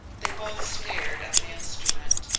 they both stared at the instrument.